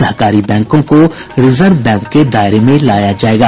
सहकारी बैंकों को रिजर्व बैंक के दायरे में लाया जायेगा